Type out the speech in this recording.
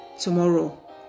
tomorrow